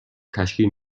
تشکیل